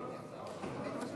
לשנת התקציב 2016,